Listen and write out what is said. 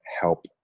help